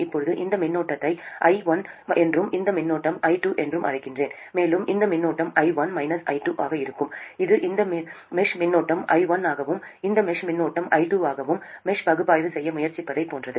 இப்போது இந்த மின்னோட்டத்தை i1 என்றும் இந்த மின்னோட்டம் i2 என்றும் அழைக்கிறேன் மேலும் இந்த மின்னோட்டம் i1 -i2 ஆக இருக்கும் இது இந்த மெஷ் மின்னோட்டம் i1 ஆகவும் அந்த மெஷ் மின்னோட்டம் i2 ஆகவும் மெஷ் பகுப்பாய்வு செய்ய முயற்சிப்பதைப் போன்றது